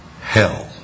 hell